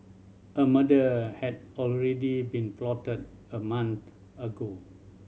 a murder had already been plotted a month ago